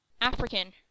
African